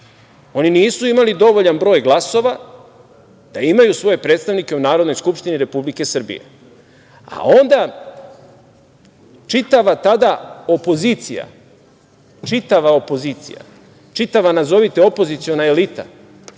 Oni nisu imali dovoljan broj glasova da imaju svoje predstavnike u Narodnoj skupštini Republike Srbije, a onda čitava tada opozicija, čitava opozicija, čitava nazovite opoziciona elita